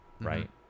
right